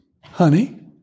Honey